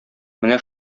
менә